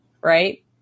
right